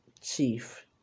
chief